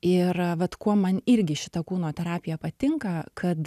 ir vat kuo man irgi šita kūno terapija patinka kad